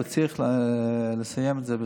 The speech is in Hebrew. הוא צריך לסיים את זה בזמן.